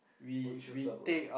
we should talk bro